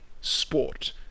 sport